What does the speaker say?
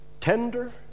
tender